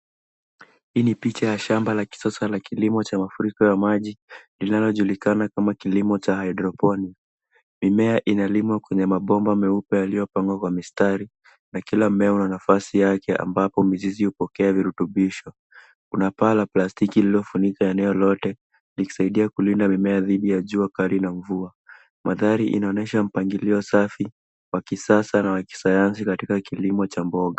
Hii ni picha ya shamba la kisasa la kilimo cha mafuriko ya maji linalojulikana kama kilimo cha hydroponic . Mimea inalimwa kwenye mabomba meupe yaliyopangwa kwa mistari, na kila mmea una nafasi yake ambapo mizizi hupokea virutubisho. Kuna paa la plastiki lililofunika eneo lote likisaidia kulinda mimea dhidi ya jua kali na mvua. Mandhari inaonesha mpangilio safi wa kisasa na wa kisayansi katika kilimo cha mboga.